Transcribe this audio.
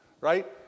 right